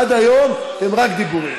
עד היום אתם, רק דיבורים.